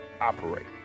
operate